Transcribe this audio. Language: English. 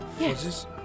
Yes